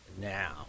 now